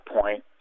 point